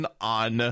on